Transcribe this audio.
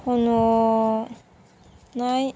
खन'नाय